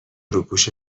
روپوش